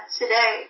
today